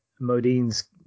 Modine's